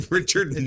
Richard